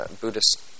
Buddhist